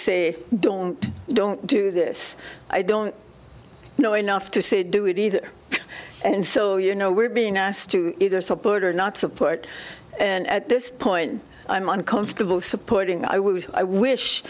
say don't don't do this i don't know enough to see do it either and so you know we're being asked to either support or not support and at this point i'm uncomfortable supporting i